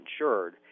insured